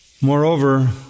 Moreover